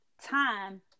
time